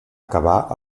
acabà